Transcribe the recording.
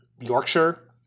Yorkshire